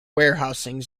warehousing